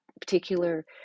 particular